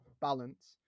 balance